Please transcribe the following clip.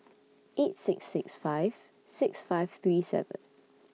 eight six six five six five three seven